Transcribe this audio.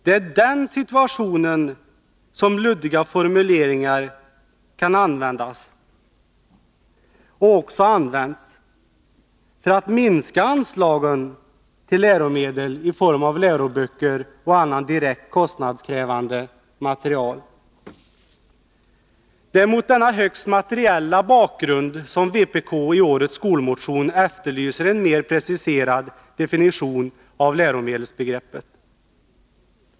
Det är i den situationen som luddiga formuleringar kan användas — och också används — för att minska anslagen till läromedel i form av läroböcker och annan direkt kostnadskrävande materiel. Det är mot denna högst materiella bakgrund som vpk i årets skolmotion efterlyser en mer preciserad definition av läromedelsbegreppet.